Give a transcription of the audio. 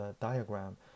diagram